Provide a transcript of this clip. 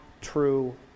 true